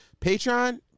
Patreon